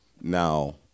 Now